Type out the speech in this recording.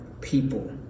people